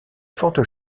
forte